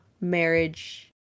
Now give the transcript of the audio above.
marriage